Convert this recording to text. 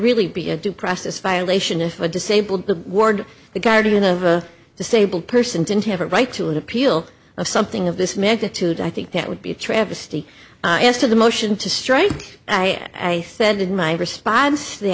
really be a due process violation if the disabled the word the guardian of a disabled person didn't have a right to an appeal of something of this magnitude i think that would be a travesty as to the motion to strike i said in my response t